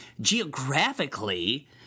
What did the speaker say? geographically